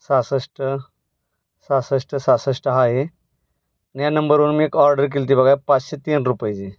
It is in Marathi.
सहासष्ट सहासष्ट सहासष्ट हा आहे या नंबरवरून मी एक ऑर्डर केली होती बघा पाचशे तीन रुपयाची